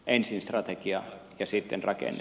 ensin strategia ja sitten rakenne